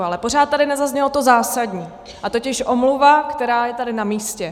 Ale pořád tady nezaznělo to zásadní, totiž omluva, která je tady namístě.